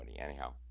Anyhow